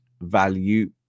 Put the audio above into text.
value